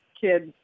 kids